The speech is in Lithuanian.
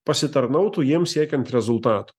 pasitarnautų jiems siekiant rezultatų